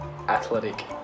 athletic